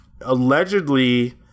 Allegedly